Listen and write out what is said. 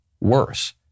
worse